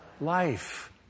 life